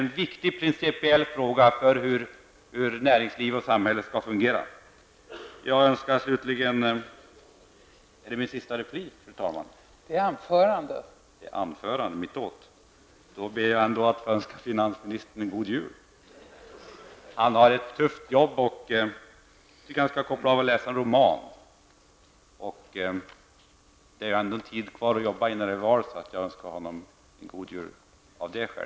Den är principiellt viktig med avseende på hur samhälle och näringsliv skall fungera. Fru talman! Finansministern har ett tufft jobb, och därför bör han koppla av med att läsa en god roman. Det återstår mycket arbete för honom före valet nästa år. Därmed önskar jag honom en god jul.